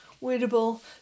wearable